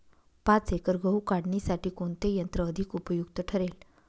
पाच एकर गहू काढणीसाठी कोणते यंत्र अधिक उपयुक्त ठरेल?